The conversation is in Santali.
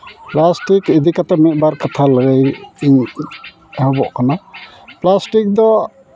ᱯᱞᱟᱥᱴᱤᱠ ᱤᱫᱤ ᱠᱟᱛᱮᱫ ᱢᱤᱫ ᱵᱟᱨ ᱠᱟᱛᱷᱟ ᱞᱟᱹᱭ ᱤᱧ ᱮᱦᱚᱵᱚᱜ ᱠᱟᱱᱟ ᱯᱞᱟᱥᱴᱤᱠ ᱫᱚ